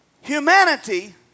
humanity